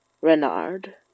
Renard